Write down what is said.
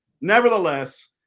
Nevertheless